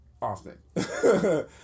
often